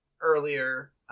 earlier